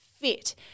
fit